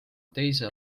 teise